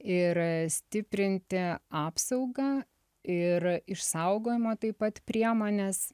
ir stiprinti apsaugą ir išsaugojimo taip pat priemones